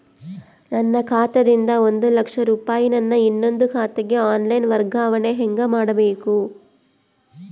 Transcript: ನನ್ನ ಖಾತಾ ದಿಂದ ಒಂದ ಲಕ್ಷ ರೂಪಾಯಿ ನನ್ನ ಇನ್ನೊಂದು ಖಾತೆಗೆ ಆನ್ ಲೈನ್ ವರ್ಗಾವಣೆ ಹೆಂಗ ಮಾಡಬೇಕು?